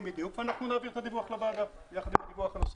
ואנחנו נעביר את הדיווח לוועדה יחד עם הדיווח הנוסף.